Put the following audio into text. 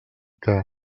què